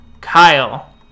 Kyle